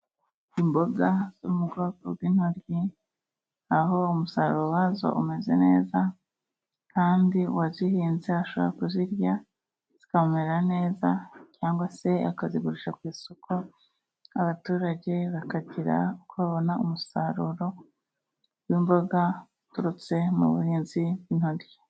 Imboga zo mu bwoko bw'intoryi, aho umusaruro wazo umeze neza kandi uwazihinze ashobora kuzirya zikamumerera neza cyangwa se akazigurisha ku isoko, abaturage bakagira uko babona umusaruro w'imboga uturutse mu buhinzi bw'intoryi.